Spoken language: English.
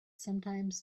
sometimes